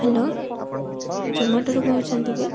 hello ଜୋମାଟୋରୁ କହୁଛନ୍ତି କି